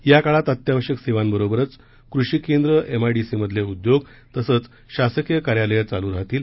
या काळात अत्यावश्यक सेवांबरोबरच कृषी केंद्र एम आय डी सी मधील उद्योग तसंच शासकीय कार्यालये चालू राहणार आहेत